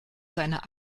seiner